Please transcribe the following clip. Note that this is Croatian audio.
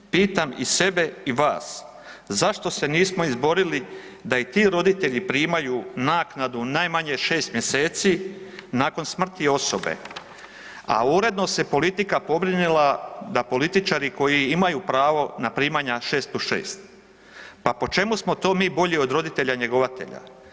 Pitam i sebe i vas, zašto se nismo izborili da i ti roditelji primaju naknadu najmanje 6 mjeseci nakon smrti osobe, a uredno se politika pobrinila da političari koji imaju pravo na primanja 6+6. Pa po čemu smo to mi bolji od roditelja njegovatelja?